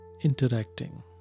interacting